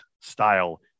style